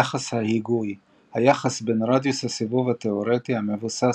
יחס ההיגוי-היחס בין רדיוס הסיבוב התאורטי המבוסס